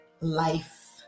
Life